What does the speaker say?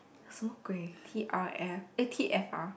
什么鬼 T_R_F eh t_f_r